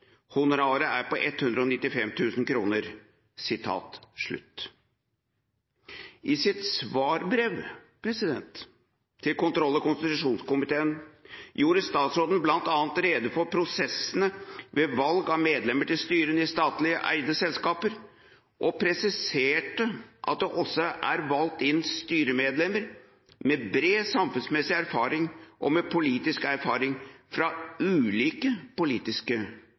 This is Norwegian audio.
Honoraret er på 195 000 kroner året». I sitt svarbrev til kontroll- og konstitusjonskomiteen gjorde statsråden bl.a. rede for prosessene ved valg av medlemmer til styrene i statlig eide selskaper og presiserte at det også er valgt inn styremedlemmer med bred samfunnsmessig erfaring og med politisk erfaring fra ulike politiske